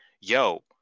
Yo